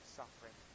suffering